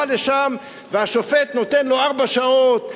מה שרואים מכאן לא רואים